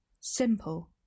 Simple